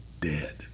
dead